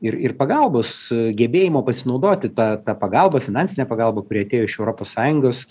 ir ir pagalbos gebėjimo pasinaudoti ta ta pagalba finansine pagalba kuri atėjo iš europos sąjungos